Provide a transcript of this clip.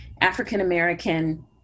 African-American